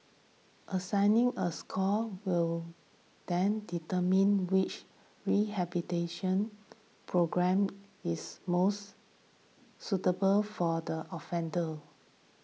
assigning a score will then determine which rehabilitation programme is most suitable for the offender